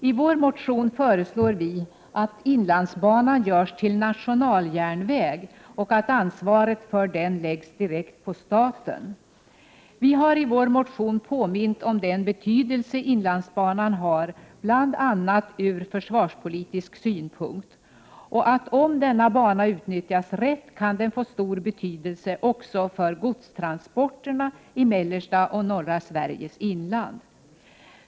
I motionen föreslår vi att inlandsbanan blir en nationaljärnväg och att ansvaret för denna läggs direkt på staten. Vidare har vi i motionen påmint om den betydelse som inlandsbanan har bl.a. från försvarspolitisk synpunkt och om att denna bana, om den utnyttjas rätt, kan få stor betydelse också för godstransporterna i mellersta och norra Sveriges inland.